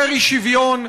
יותר אי-שוויון.